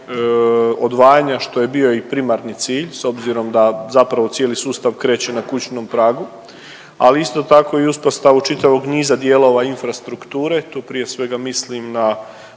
odvajanja što je bio i primarni cilj s obzirom da zapravo cijeli sustav kreće na kućnom pragu, ali isto tako i uspostavu čitavog niza dijelova infrastrukture, tu prije svega mislim na